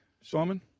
Simon